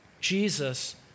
Jesus